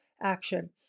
action